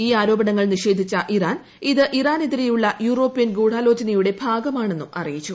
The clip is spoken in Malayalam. ഈ ആരോപണങ്ങൾ നിഷേധിച്ച ഇറാൻ ഇത് ഇറാനെതിരെയുള്ള യൂറോപ്യൻ ഗൂഢാലോചനയുടെ ഭാഗമാണെന്നും അറിയിച്ചു